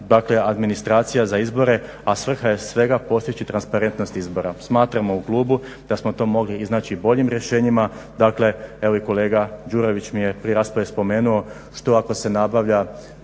administracija za izbore, a svrha je svega postići transparentnost izbora. Smatramo u klubu da smo to mogli i znači boljim rješenjima. Dakle evo i kolega Đurović mi je prije rasprave spomenuo što ako se nabavlja